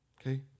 okay